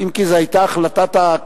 אם כי זו היתה החלטת המליאה.